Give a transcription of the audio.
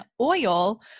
oil